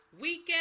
weekend